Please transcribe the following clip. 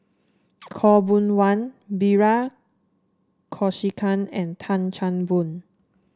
Khaw Boon Wan Bilahari Kausikan and Tan Chan Boon